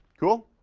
cool?